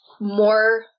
more